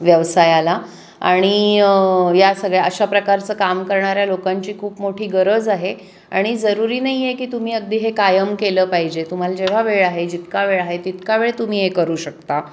व्यवसायाला आणि या सगळ्या अशा प्रकारचं काम करणाऱ्या लोकांची खूप मोठी गरज आहे आणि जरुरी नाही आहे की तुम्ही अगदी हे कायम केलं पाहिजे तुम्हाला जेव्हा वेळ आहे जितका वेळ आहे तितका वेळ तुम्ही हे करू शकता